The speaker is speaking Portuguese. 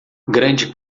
grande